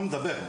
הוא לא מדבר,